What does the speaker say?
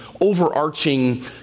overarching